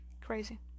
crazy